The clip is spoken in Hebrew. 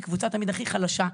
היא קבוצה תמיד הכי חלשה.